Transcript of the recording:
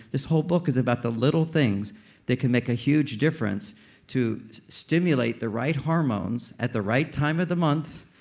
this whole book is about the little things that can make a huge difference to stimulate the right hormones, at the right time of the month,